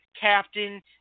Captain